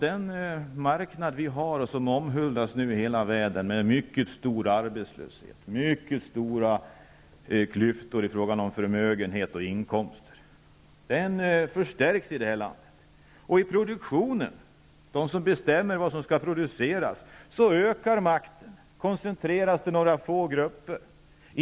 Den marknad som vi nu har, och som omhuldas i hela världen, med mycket stor arbetslöshet och mycket stora klyftor i fråga om förmögenheter och inkomster förstärks i det här landet. Och inom produktionen, bland dem som bestämmer vad som skall produceras, ökar makten och koncentreras till några få grupper.